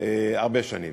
הרבה שנים.